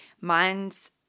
mine's –